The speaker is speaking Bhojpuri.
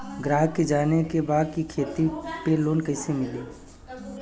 ग्राहक के जाने के बा की खेती पे लोन कैसे मीली?